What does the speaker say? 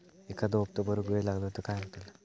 एखादो हप्तो भरुक वेळ लागलो तर काय होतला?